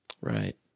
Right